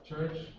Church